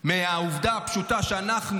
מהעובדה הפשוטה שאנחנו,